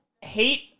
hate